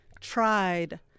tried